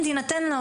מבחינת החצר